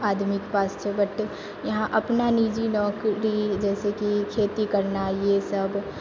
आदमीके पास छै बट यहाँ अपना निजी नौकरी जैसे कि खेती करना इएह सब